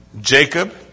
Jacob